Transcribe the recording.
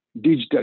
digital